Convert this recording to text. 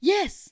Yes